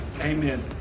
amen